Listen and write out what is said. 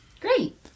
Great